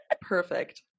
perfect